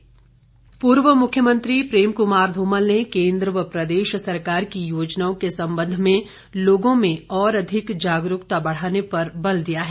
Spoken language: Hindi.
धूमल पूर्व मुख्यमंत्री प्रेम कुमार धूमल ने केंद्र व प्रदेश सरकार की योजनाओं के संबंध में लोगों में और अधिक जागरूकता बढ़ाने पर बल दिया है